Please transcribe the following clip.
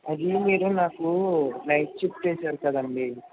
అది మీరు నాకు నైట్ షిఫ్ట్ వేశారు కదండి